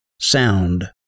sound